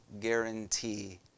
guarantee